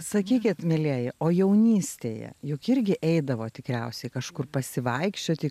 sakykit mielieji o jaunystėje juk irgi eidavot tikriausiai kažkur pasivaikščioti į